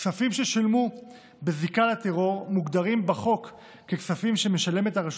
כספים ששולמו בזיקה לטרור מוגדרים בחוק ככספים שמשלמת הרשות